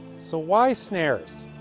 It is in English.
so why snares?